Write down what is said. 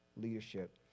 leadership